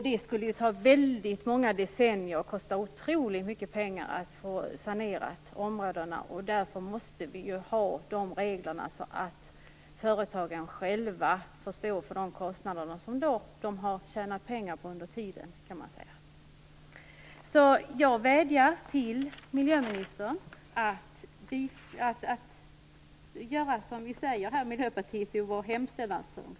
Det skulle ta väldigt många decennier och kosta otroligt mycket pengar att sanera områdena, och därför måste vi ha dessa regler så att företagen själva så att säga får stå för kostnaderna för det de har tjänat pengar på tidigare. Så jag vädjar till miljöministern att göra som Miljöpartiet säger i vår hemställanspunkt.